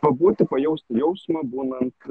pabūti pajausti jausmą būnant